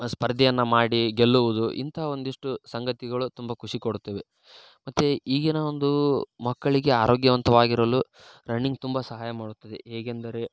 ಸ್ಪರ್ಧೆಯನ್ನ ಮಾಡಿ ಗೆಲ್ಲುವುದು ಇಂಥ ಒಂದಿಷ್ಟು ಸಂಗತಿಗಳು ತುಂಬ ಖುಷಿ ಕೊಡುತ್ತವೆ ಮತ್ತು ಈಗಿನ ಒಂದು ಮಕ್ಕಳಿಗೆ ಆರೋಗ್ಯವಂತವಾಗಿರಲು ರಣ್ಣಿಂಗ್ ತುಂಬ ಸಹಾಯ ಮಾಡುತ್ತದೆ ಹೇಗೆಂದರೆ